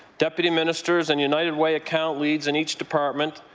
deputy ministers and united way account leads in each department,